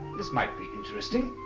this might be interesting.